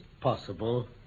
possible